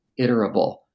iterable